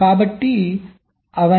కాబట్టి 64